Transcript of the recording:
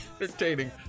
entertaining